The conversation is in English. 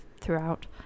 throughout